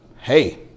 hey